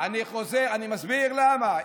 אני מסביר למה.